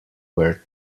where